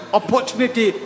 opportunity